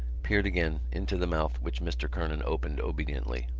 peered again into the mouth which mr. kernan opened obediently.